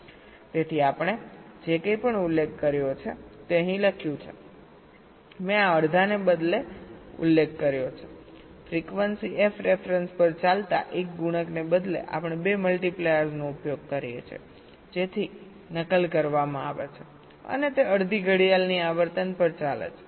તેથી આપણે જે કંઈપણ ઉલ્લેખ કર્યો છે તે અહીં લખ્યું છે મેં આ અડધાને બદલે ઉલ્લેખ કર્યો છે ફ્રીક્વન્સી f રેફરન્સ પર ચાલતા એક ગુણકને બદલે આપણે 2 મલ્ટિપ્લાયર્સનો ઉપયોગ કરીએ છીએ જેથી નકલ કરવામાં આવે છે અને તે અડધી ઘડિયાળની આવર્તન પર ચાલે છે